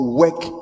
work